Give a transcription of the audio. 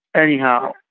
anyhow